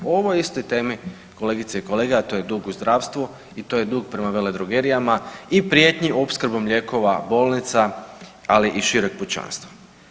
O ovoj istoj temi kolegice i kolege a to je dug u zdravstvu i to je dug prema veledrogerijama i prijetnji opskrbom lijekova bolnica ali i šireg pučanstva.